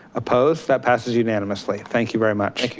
opposed that passes unanimously, thank you very much.